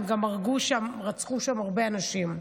הם גם רצחו שם הרבה אנשים.